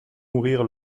mourir